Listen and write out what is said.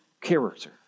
character